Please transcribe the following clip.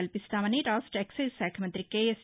కల్పిస్తామని రాష్ట్ర ఎక్పైజ్ శాఖ మంతి కెఎస్